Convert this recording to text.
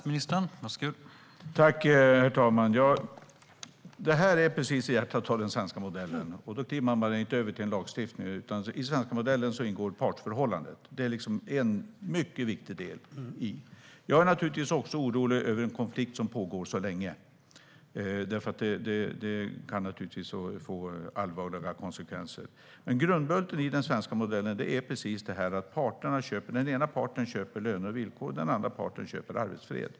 Herr talman! Detta är precis hjärtat av den svenska modellen, och då kliver man inte bara över till lagstiftning. I den svenska modellen ingår partsförhållandet som en mycket viktig del. Jag är naturligtvis också orolig över en konflikt som pågår så länge. Det kan få allvarliga konsekvenser. Men grundbulten i den svenska modellen är just detta: Den ena parten köper löner och villkor, och den andra parten köper arbetsfred.